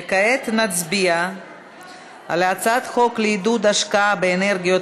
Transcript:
וכעת נצביע על הצעת חוק לעידוד השקעה באנרגיות